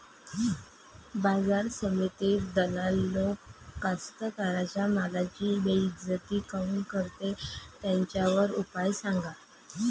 बाजार समितीत दलाल लोक कास्ताकाराच्या मालाची बेइज्जती काऊन करते? त्याच्यावर उपाव सांगा